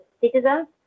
citizens